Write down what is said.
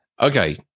okay